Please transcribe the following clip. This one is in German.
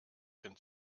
den